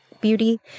beauty